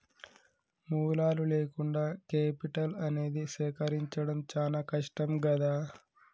మూలాలు లేకుండా కేపిటల్ అనేది సేకరించడం చానా కష్టం గదా